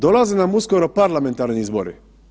Dolaze nam uskoro parlamentarni izbori.